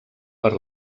per